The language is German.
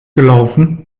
gelaufen